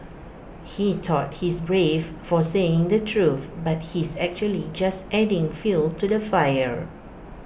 he thought he's brave for saying the truth but he's actually just adding fuel to the fire